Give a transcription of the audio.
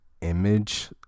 image